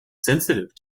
sensitive